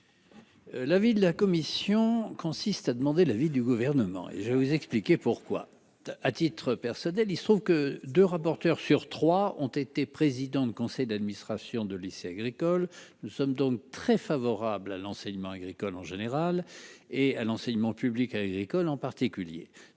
L'avis de la commission consiste à demander l'avis du gouvernement et je vais vous expliquer pourquoi, à titre personnel, il se trouve que 2 rapporteurs sur 3 ont été président de conseil d'administration de lycée agricole, nous sommes donc très favorable à l'enseignement agricole en général et à l'enseignement public agricole en particulier,